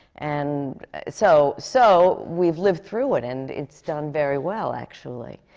and so so, we've lived through it, and it's done very well, actually.